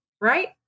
right